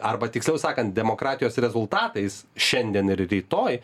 arba tiksliau sakant demokratijos rezultatais šiandien ir rytoj